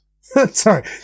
sorry